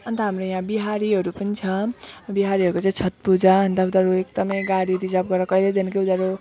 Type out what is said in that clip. अन्त हाम्रो यहाँ बिहारीहरू पनि छ बिहारीहरूको चाहिँ छठ् पूजा अन्त उनीहरू एकदम गाडी रिजर्भ गरेर कहिलेदेखिको उनीहरू